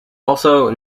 also